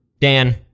Dan